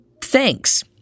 thanks